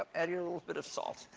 ah add your little bit of salt.